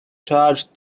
charge